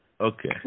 Okay